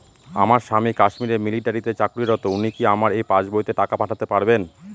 আমার স্বামী কাশ্মীরে মিলিটারিতে চাকুরিরত উনি কি আমার এই পাসবইতে টাকা পাঠাতে পারবেন?